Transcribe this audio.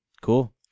Cool